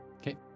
Okay